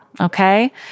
Okay